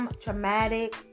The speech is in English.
traumatic